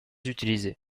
utilisée